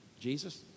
Jesus